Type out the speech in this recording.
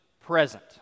present